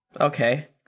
Okay